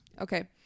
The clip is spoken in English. Okay